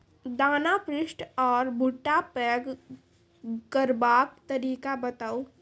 दाना पुष्ट आर भूट्टा पैग करबाक तरीका बताऊ?